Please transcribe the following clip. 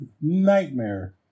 nightmare